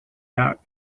out